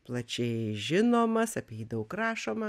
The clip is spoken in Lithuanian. plačiai žinomas apie jį daug rašoma